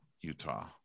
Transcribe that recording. utah